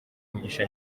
umugisha